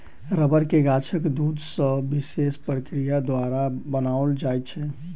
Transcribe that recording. रबड़ के गाछक दूध सॅ विशेष प्रक्रिया द्वारा बनाओल जाइत छै